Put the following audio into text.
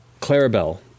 Clarabelle